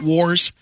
Wars